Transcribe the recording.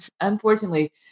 unfortunately